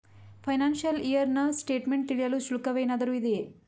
Financial year ನ statement ತಿಳಿಯಲು ಶುಲ್ಕವೇನಾದರೂ ಇದೆಯೇ?